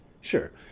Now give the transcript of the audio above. Sure